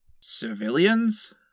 Civilians